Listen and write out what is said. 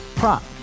Prop